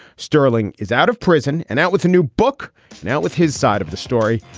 sterling is out of prison and out with a new book now with his side of the story,